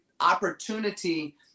opportunity